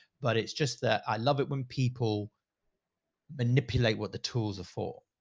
but it's just that i love it when people manipulate what the tools are for.